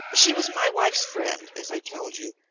she was my wife's friend, as i told you,